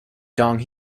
dong